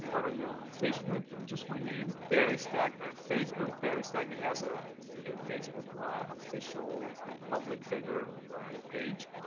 what are you on and facebook? just my name, barry stagner, facebook. barry stagner has ah a facebook official public figure page.